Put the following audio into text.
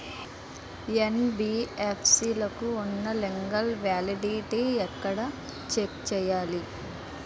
NBFC లకు ఉన్నా legal validity ఎక్కడ చెక్ చేయాలి?